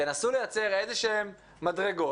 תנסו לייצר איזה שהן מדרגות